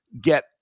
get